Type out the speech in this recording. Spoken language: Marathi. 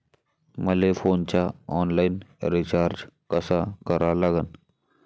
मले फोनचा ऑनलाईन रिचार्ज कसा करा लागन?